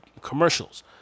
commercials